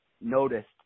noticed